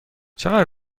چقدر